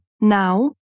Now